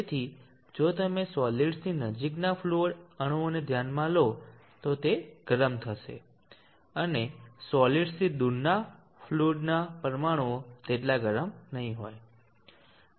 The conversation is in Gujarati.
તેથી જો તમે આ સોલીડ્સ ની નજીકના ફ્લુઈડ અણુઓને ધ્યાનમાં લો તો તે ગરમ થશે અને સોલીડ્સ થી દૂર ફ્લુઈડના પરમાણુઓ તેટલા ગરમ નહીં હોય